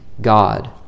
God